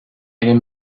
est